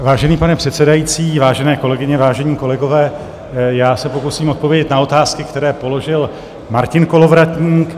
Vážený pane předsedající, vážené kolegyně, vážení kolegové, já se pokusím odpovědět na otázky, které položil Martin Kolovratník.